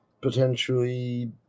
potentially